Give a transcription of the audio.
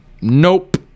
Nope